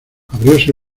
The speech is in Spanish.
abrióse